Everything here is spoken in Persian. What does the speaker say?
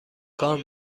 کار